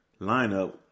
lineup